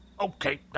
Okay